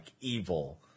evil